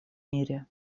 мире